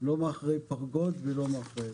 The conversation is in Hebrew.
לא מאחורי פרגוד ולא מאחורי דבר אחר.